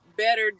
better